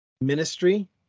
ministry